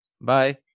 Bye